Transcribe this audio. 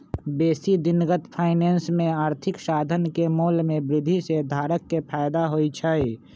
बेशी दिनगत फाइनेंस में आर्थिक साधन के मोल में वृद्धि से धारक के फयदा होइ छइ